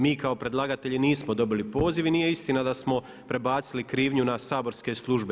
Mi kao predlagatelji nismo dobili poziv i nije istina da smo prebacili krivnju na saborske službe.